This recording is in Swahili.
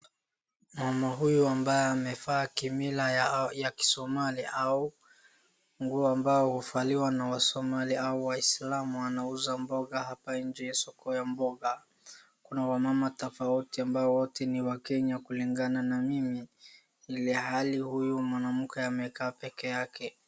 Mama huyu ambaye amevaa kimila ya kisomali au nguo ambayo huvaliwa na wasomali au waislamu anauza mboga hapa nje ya soko ya mboga. Kuna wamama tofauti ambao wote ni wakenya kulingana na mimi ilhali huyu mwanamke amekaa peke yake.